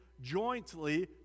jointly